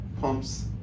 pumps